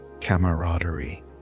camaraderie